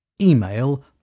Email